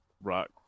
rock